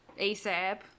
ASAP